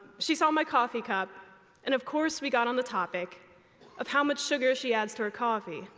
she saw my coffee cup and of course we got on the topic of how much sugar she adds to her coffee.